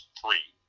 three